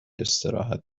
استراحت